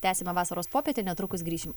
tęsiame vasaros popietę netrukus grįšim